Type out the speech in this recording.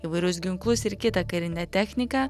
įvairius ginklus ir kitą karinę techniką